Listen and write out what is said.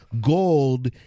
gold